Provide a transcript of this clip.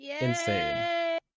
insane